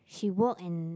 she work and